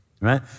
right